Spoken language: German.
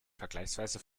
vergleichsweise